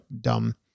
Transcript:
dumb